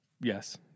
Yes